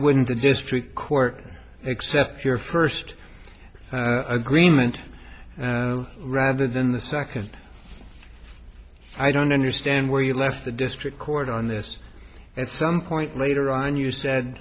wouldn't the district court accept your first agreement rather than the second i don't understand where you left the district court on this and some point later on you said